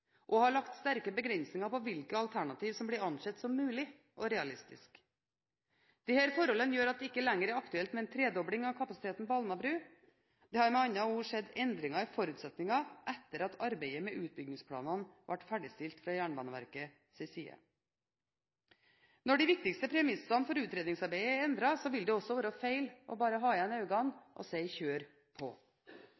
og har lagt sterke begrensinger på hvilke alternativer som blir ansett som mulig og realistisk. Disse forholdene gjør at det ikke lenger er aktuelt med en tredobling av kapasiteten på Alnabru. Det har med andre ord skjedd endringer i forutsetningene etter at arbeidet med utbyggingsplanene ble ferdigstilt fra Jernbaneverkets side. Når de viktigste premissene for utredningsarbeidet er endret, vil det være feil bare å